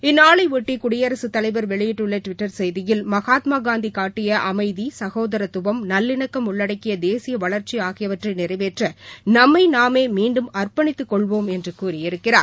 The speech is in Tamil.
இந்நாளைபொட்டி குடியரசுத் தவைவர் வெளியிட்டுள்ள டுவிட்டர் செய்தியில் மகாத்மா காந்தி காட்டிய அமைதி சகோதரத்துவம் நல்லிணக்கம் உள்ளடக்கிய தேசிய வளர்ச்சி ஆகியவற்றை நிறைவேற்ற நம்மை நாமே மீண்டும் அர்ப்பணித்துக் கொள்வோம் என்று கூறியிருக்கிறார்